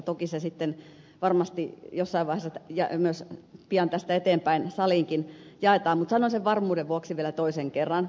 toki se varmasti jossain vaiheessa pian tästä eteenpäin saliinkin jaetaan mutta sanon sen varmuuden vuoksi vielä toisen kerran